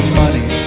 money